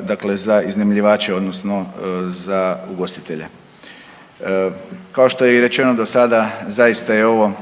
dakle za iznajmljivače odnosno za ugostitelje. Kao što je i rečeno do sada zaista je ovo